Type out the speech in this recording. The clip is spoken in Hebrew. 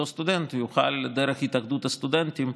סטודנט יוכל לגשת דרך התאחדות הסטודנטים,